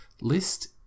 list